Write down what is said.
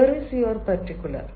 where is your particular